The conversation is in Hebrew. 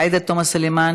עאידה תומא סלימאן,